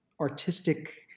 artistic